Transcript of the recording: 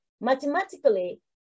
Mathematically